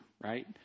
right